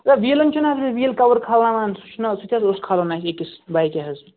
villain چھَنَہ ویٖل کَور کھلناوان سُہ چھُنَہ سُہ تہِ حظ اوس کھالُن اَسہِ أکِس بیکہِ حظ